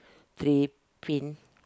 three thin